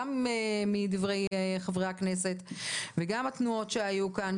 גם מדברי חברי הכנסת וגם מן הארגונים שהיו כאן,